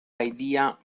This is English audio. idea